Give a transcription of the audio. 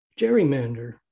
gerrymander